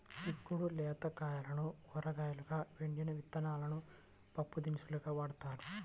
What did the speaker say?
చిక్కుడు లేత కాయలను కూరగాయలుగా, ఎండిన విత్తనాలను పప్పుదినుసులుగా వాడతారు